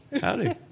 Howdy